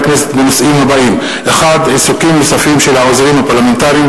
הכנסת בנושאים הבאים: 1. עיסוקים נוספים של העוזרים הפרלמנטריים,